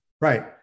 Right